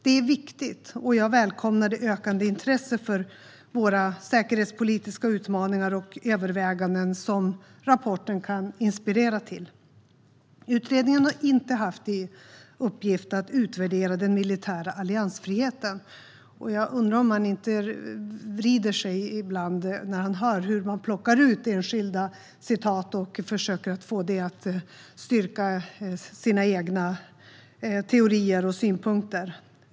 Det är viktigt, och jag välkomnar det ökande intresset för våra säkerhetspolitiska utmaningar och överväganden som rapporten kan inspirera till. Utredningen har inte haft till uppgift att utvärdera den militära alliansfriheten. Jag undrar om han inte vrider på sig ibland när han hör hur man plockar ut enskilda citat och försöker att få dessa att styrka de egna teorierna och synpunkterna.